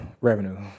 revenue